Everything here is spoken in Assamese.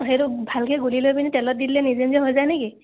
অঁ সেইটো ভালকৈ গুলি লৈ পিনে নে তেলত দি দিলে নিজে নিজে হৈ যায় নে কি